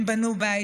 הם בנו בית,